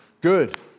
Good